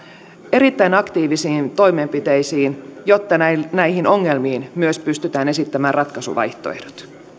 erittäin aktiivisiin toimenpiteisiin jotta näihin näihin ongelmiin myös pystytään esittämään ratkaisuvaihtoehdot